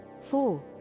four